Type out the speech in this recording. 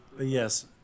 yes